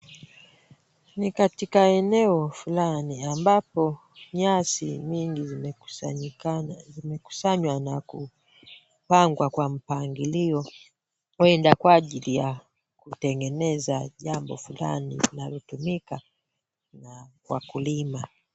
Ni katika eneo fulani ambapo nyasi mingi zimekusanywa na kupangwa kwa mpangilio huenda kwa ajili ya kutengeneza jambo fulani linalotumika na wakulima.